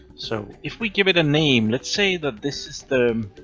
so if we give it a name, let's say that this is the